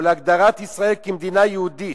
או להגדרת ישראל כמדינה יהודית,